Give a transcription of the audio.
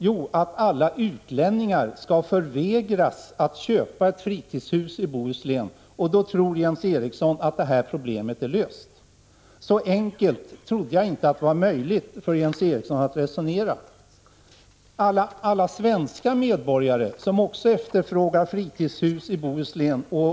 Jo, att alla utlänningar skall förvägras att köpa ett fritidshus i Bohuslän! Då tror Jens Eriksson att problemet är löst. Så enkelt trodde jag inte det var möjligt för Jens Eriksson att resonera. Alla svenska medborgare som också efterfrågar fritidshus i Bohuslän och är Prot.